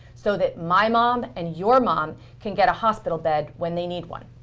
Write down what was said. so that my mom and your mom can get a hospital bed when they need one.